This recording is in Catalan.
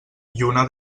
lluna